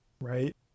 right